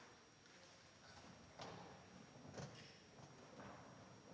Tak